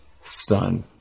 son